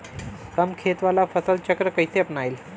कम खेत वाला फसल चक्र कइसे अपनाइल?